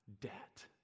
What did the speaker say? debt